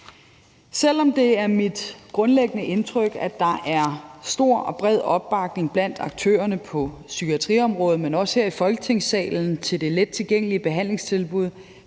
Selv om det er mit grundlæggende indtryk, at der er stor og bred opbakning blandt aktørerne på psykiatriområdet, men også her i Folketingssalen, til det lettilgængelige behandlingstilbud,